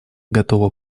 готова